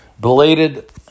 Belated